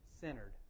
centered